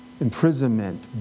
Imprisonment